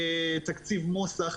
תקציב מוס"ח,